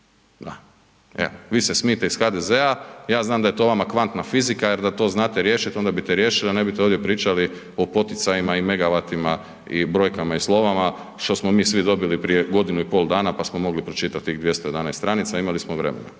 Evo vi se smijte iz HDZ-a, ja znam da je to vama kvantna fizika jer da to znate riješit onda bi to riješili a ne bi ovdje pričali o poticajnima i megavatima i brojkama i slovima što smo mi svi dobili prije godinu i pol dana pa smo mogli pročitati 211 stranica, imali smo vremena